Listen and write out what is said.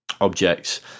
objects